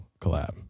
collab